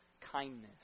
kindness